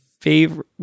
favorite